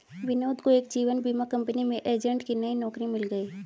विनोद को एक जीवन बीमा कंपनी में एजेंट की नई नौकरी मिल गयी